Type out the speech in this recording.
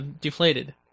deflated